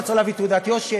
אתה צריך להביא תעודת יושר.